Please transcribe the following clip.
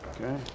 Okay